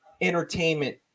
entertainment